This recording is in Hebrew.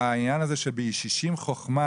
העניין הזה שבישישים חוכמה,